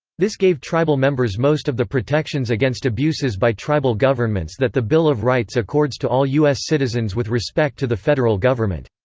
this gave tribal members most of the protections against abuses by tribal governments that the bill of rights accords to all u s. citizens with respect to the federal government.